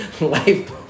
life